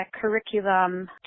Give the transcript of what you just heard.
curriculum